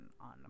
on